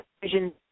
vision